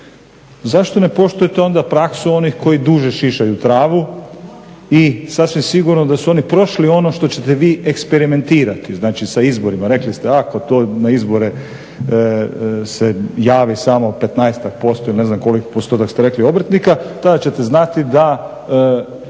Zašto ne poštujete onda praksu onih koji duže šišaju travu i sasvim sigurno da su oni prošli ono što ćete vi eksperimentirati znači sa izborima. Rekli ste ako to na izbore se javi samo 15-tak posto ili ne znam koliko postotak ste rekli obrtnika tada ćete znati da